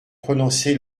prononcé